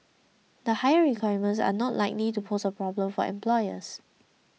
the higher requirements are not likely to pose a problem for employers